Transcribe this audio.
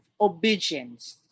obedience